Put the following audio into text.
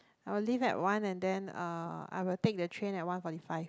I will leave at one and then uh I will take the train at one forty five